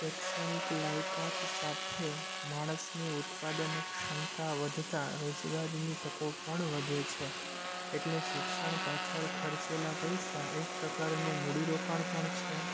શૈક્ષણિક લાયકાત સાથે માણસની ઉત્પાદન ક્ષમતા વધતા રોજગારીની તકો પણ વધે છે એટલે શિક્ષણ પાછળ ખર્ચેલા પૈસા એક પ્રકારનું મૂડી રોકાણ પણ છે